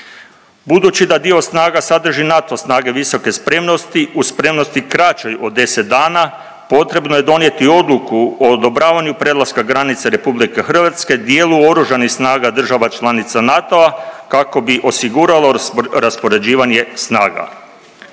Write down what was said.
Budući da dio snaga sadrži NATO snage visoke spremnosti u spremnosti kraćoj od 10 dana potrebno je donijeti odluku o odobravanju prelaska granice RH dijelu oružanih snaga država članica NATO-a kako bi osiguralo raspoređivanje snaga.